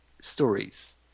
stories